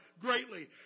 greatly